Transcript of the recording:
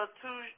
two